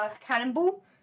cannonball